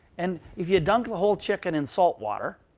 and if you dunk the whole chicken in salt water,